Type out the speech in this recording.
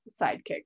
sidekick